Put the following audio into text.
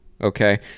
Okay